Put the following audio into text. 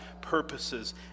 purposes